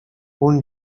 اون